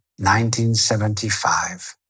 1975